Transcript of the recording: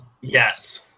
Yes